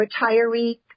retiree